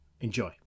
enjoy